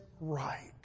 right